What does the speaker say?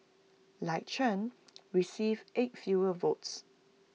like Chen received eight fewer votes